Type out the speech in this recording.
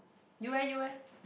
you eh you eh